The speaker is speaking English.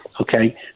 okay